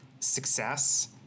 Success